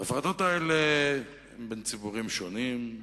ההפרדות האלה בין ציבורים שונים,